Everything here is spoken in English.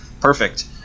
Perfect